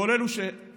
כל אלו שפעלו,